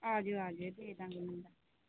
ਆ ਜਿਓ ਆ ਜਿਓ ਭੇਜ ਦਾਂਗੇ ਨੰਬਰ